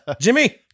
jimmy